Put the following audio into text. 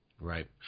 Right